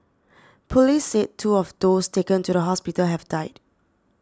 police said two of those taken to the hospital have died